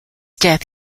death